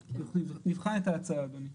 נבחן את ההצעה, אדוני.